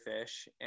fish